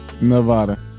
Nevada